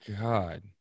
god